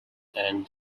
and